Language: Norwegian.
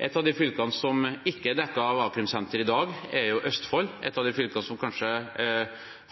Et av de fylkene som ikke er dekket av et a-krimsenter i dag, er Østfold, et av de fylkene som kanskje